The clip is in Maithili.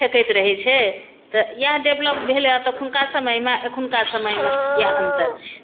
फेँकैत रहै छै तऽ यएह डेवलप भेल हैं तखुनका समयमे एखुनका समयमे यएह अन्तर छै